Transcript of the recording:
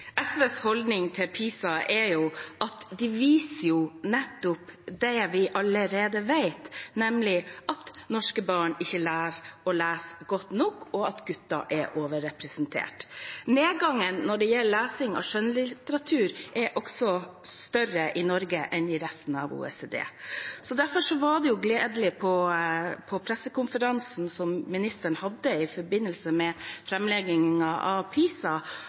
SVs holdning til PISA er at det viser nettopp det vi allerede vet, nemlig at norske barn ikke lærer å lese godt nok, og at gutter er overrepresentert. Nedgangen når det gjelder lesing av skjønnlitteratur er også større i Norge enn i resten av OECD-landene. Derfor var det gledelig at ministeren også vektla leselyst, på pressekonferansen som ministeren hadde i forbindelse med framleggingen av PISA.